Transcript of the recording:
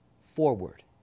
forward